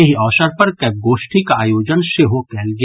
एहि अवसर पर कविगोष्ठीक आयोजन सेहो कयल गेल